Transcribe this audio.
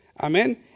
amen